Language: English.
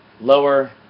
lower